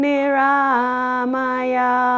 Niramaya